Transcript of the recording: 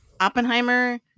Oppenheimer